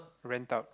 rent out